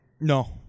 No